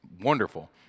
wonderful